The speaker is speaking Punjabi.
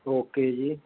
ਓਕੇ ਜੀ